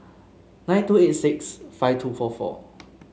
nine two eight six five two four four